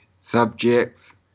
subjects